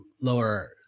lower